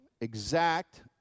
exact